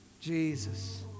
Jesus